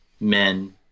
men